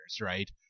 right